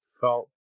felt